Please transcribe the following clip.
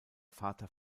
vater